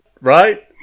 right